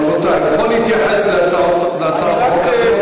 רבותי, הוא יכול להתייחס להצעת החוק.